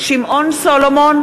שמעון סולומון,